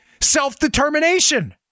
self-determination